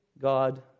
God